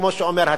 כמו שאומר הטקס,